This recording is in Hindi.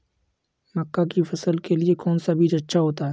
मक्का की फसल के लिए कौन सा बीज अच्छा होता है?